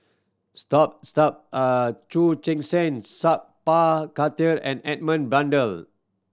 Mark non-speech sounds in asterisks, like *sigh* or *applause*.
*unintelligible* *hesitation* Chu Chen Seng Sat Pal Khattar and Edmund Blundell